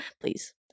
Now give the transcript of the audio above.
please